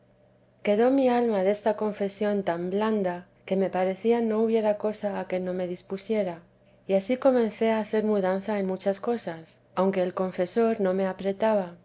quedó mi alma desta confesión tan blanda que me parecía no hubiera cosa a que no me dispusiera y ansí comencé a hacer mudanza en muchas cosas aunque el confesor no me apretaba